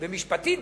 ומשפטית,